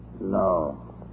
No